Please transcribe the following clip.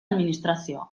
administrazioa